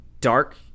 Dark